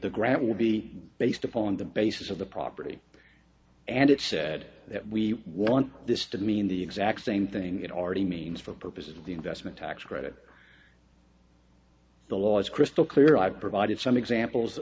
the grant will be based upon the basis of the property and it said that we want this to mean the exact same thing it already means for purposes of the investment tax credit the law is crystal clear i've provided some examples